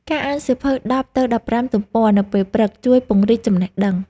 ការអានសៀវភៅ ១០ ទៅ ១៥ ទំព័រនៅពេលព្រឹក ជួយពង្រីកចំណេះដឹង។